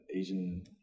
Asian